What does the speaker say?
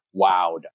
wowed